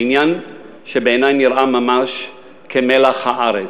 העניין שבעיני נראה ממש כמלח הארץ.